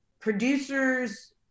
producers